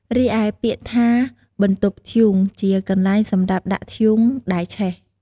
រីឯ ពាក្យថាបន្ទប់ធ្យូង ជាកន្លែងសម្រាប់ដាក់ធ្យូងដែលឆេះ។